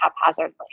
haphazardly